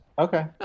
Okay